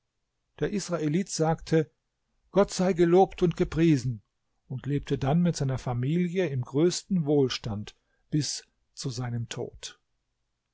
der israelit sagte gott sei gelobt und gepriesen und lebte dann mit seiner familie im größten wohlstand bis zu seinem tod